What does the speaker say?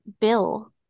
Bill